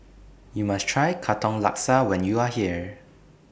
YOU must Try Katong Laksa when YOU Are here